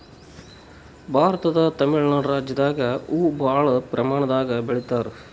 ಭಾರತದ್ ತಮಿಳ್ ನಾಡ್ ರಾಜ್ಯದಾಗ್ ಹೂವಾ ಭಾಳ್ ಪ್ರಮಾಣದಾಗ್ ಬೆಳಿತಾರ್